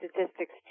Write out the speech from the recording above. statistics